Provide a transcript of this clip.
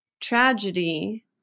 tragedy